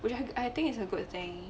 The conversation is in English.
which I I think its a good thing